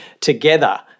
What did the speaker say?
Together